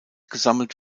gesammelt